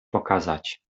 pokazać